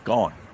Gone